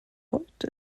heute